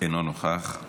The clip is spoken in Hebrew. אינו נוכח.